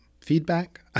feedback